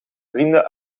vrienden